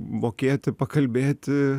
mokėti pakalbėti